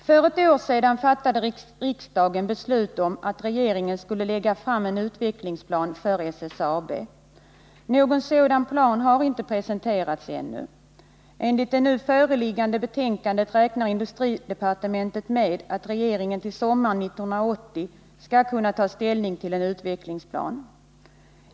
För ett år sedan fattade riksdagen beslut om att regeringen skulle lägga fram en utvecklingsplan för SSAB. Någon sådan plan har inte presenterats ännu. Enligt det nu föreliggande betänkandet räknar industridepartementet med att regeringen till sommaren 1980 skall kunna ta ställning till en utvecklingsplan.